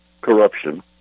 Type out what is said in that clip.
corruption